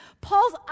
Paul's